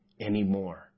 anymore